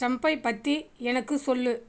டிரம்ப்பை பற்றி எனக்கு சொல்லு